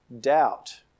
doubt